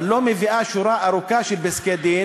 אבל לא מביאה שורה ארוכה של פסקי-דין